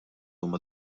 huma